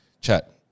chat